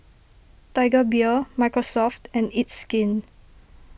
Tiger Beer Microsoft and It's Skin